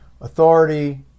Authority